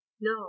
No